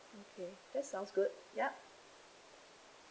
okay that's sounds good ya